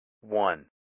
one